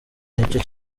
nicyo